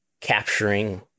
capturing